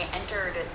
entered